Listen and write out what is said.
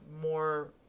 more